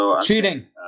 Cheating